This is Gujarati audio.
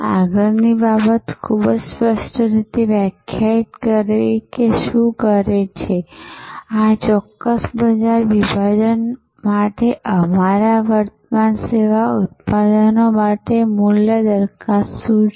આગળની બાબત ખૂબ જ સ્પષ્ટ રીતે વ્યાખ્યાયિત કરવી કે શું કરે છે આ ચોક્કસ બજાર વિભાજન માટે અમારા વર્તમાન સેવા ઉત્પાદનો માટે મૂલ્ય દરખાસ્ત શું છે